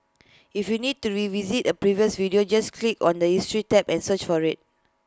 if you need to revisit A previous video just click on the history tab and search for IT